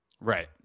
Right